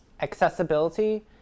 accessibility